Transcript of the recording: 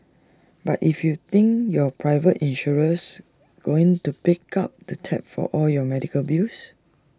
but if you think your private insurer's going to pick up the tab for all your medical bills